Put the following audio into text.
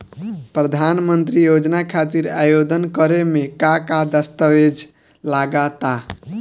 प्रधानमंत्री योजना खातिर आवेदन करे मे का का दस्तावेजऽ लगा ता?